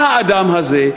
מה האדם הזה.